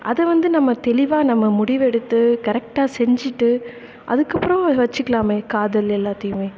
அதை வந்து நம்ம தெளிவாக நம்ம முடிவெடுத்து கரெக்டாக செஞ்சுட்டு அதுக்கப்பறம் வச்சிக்கலாமே காதல் எல்லாத்தேயுமே